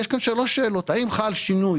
יש כאן שלוש שאלות והן האם חל שינוי